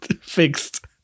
fixed